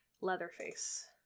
Leatherface